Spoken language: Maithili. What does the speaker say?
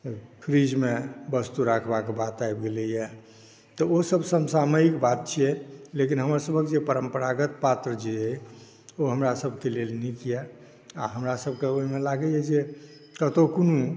फ़्रीजमे वस्तु रखबाक बात आबि गेलैया तऽ ओसभ समसामयिक बात छियै लेकिन हमरसभके जे परम्परागत पात्र जे अइ ओ हमरासभके लेल नीक यऽ आ हमरासभके ओहिमे लागै जे कतौ कोनो